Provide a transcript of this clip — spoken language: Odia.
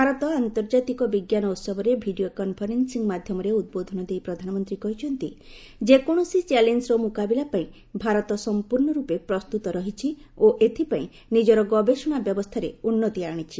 ଭାରତ ଆନ୍ତର୍ଜାତିକ ବିଜ୍ଞାନ ଉତ୍ସବରେ ଭିଡ଼ିଓ କନ୍ଫରେନ୍ସିଂ ମାଧ୍ୟମରେ ଉଦ୍ବୋଧନ ଦେଇ ପ୍ରଧାନମନ୍ତ୍ରୀ କହିଛନ୍ତି ଯେକୌଣସି ଚ୍ୟାଲେଞ୍ଜର ମୁକାବିଲା ପାଇଁ ଭାରତ ସମ୍ପୂର୍ଣ୍ଣ ରୂପେ ପ୍ରସ୍ତୁତ ରହିଛି ଓ ଏଥିପାଇଁ ନିଜର ଗବେଷଣା ବ୍ୟବସ୍ଥାରେ ଉନ୍ନତି ଆଣିଛି